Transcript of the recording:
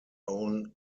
own